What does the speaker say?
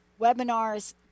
webinars